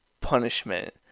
punishment